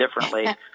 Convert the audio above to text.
differently